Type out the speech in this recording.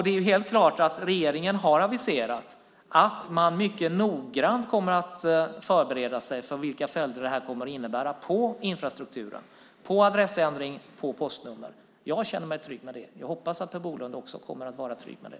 Det är helt klart att regeringen har aviserat att man mycket noggrant kommer att förbereda sig för vilka följder det här kommer att ha på infrastrukturen, på adressändringen och på postnumren. Jag känner mig trygg med det, och jag hoppas att också Per Bolund kommer att vara trygg med det.